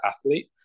athlete